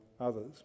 others